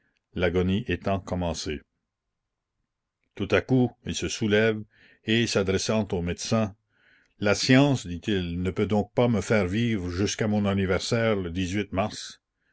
l'agonie étant commencée tout à coup il se soulève et s'adressant au médecin la science dit-il ne peut donc pas me faire vivre jusqu'à mon anniversaire le mars